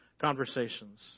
conversations